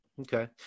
Okay